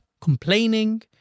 complaining